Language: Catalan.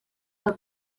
del